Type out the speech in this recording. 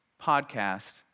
podcast